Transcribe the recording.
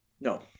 no